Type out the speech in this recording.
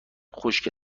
خشک